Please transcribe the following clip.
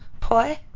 Poi